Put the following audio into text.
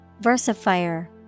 Versifier